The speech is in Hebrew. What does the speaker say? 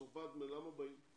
למה באים מצרפת?